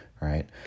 right